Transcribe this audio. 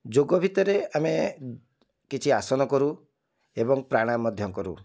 ଯୋଗ ଭିତରେ ଆମେ କିଛି ଆସନ କରୁ ଏବଂ ପ୍ରାଣାୟାମ ମଧ୍ୟ କରୁ